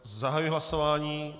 Zahajuji hlasování.